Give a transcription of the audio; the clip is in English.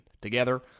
together